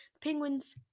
Penguins